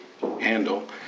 handle